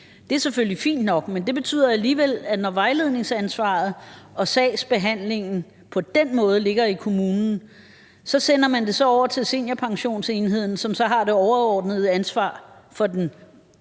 Det er selvfølgelig fint nok, men det betyder alligevel, at når vejledningsansvaret og sagsbehandlingen på den måde ligger i kommunen, så sender man det så over til seniorpensionsenheden, som så har det overordnede ansvar for den